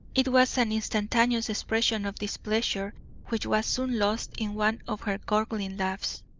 it was an instantaneous expression of displeasure which was soon lost in one of her gurgling laughs.